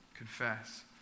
Confess